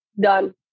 done